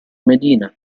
medina